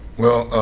well,